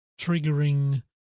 triggering